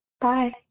Bye